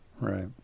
right